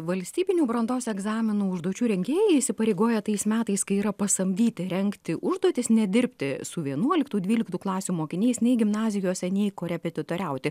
valstybinių brandos egzaminų užduočių rengėjai įsipareigoja tais metais kai yra pasamdyti rengti užduotis nedirbti su vienuoliktų dvyliktų klasių mokiniais nei gimnazijose nei korepetitoriaus